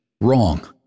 wrong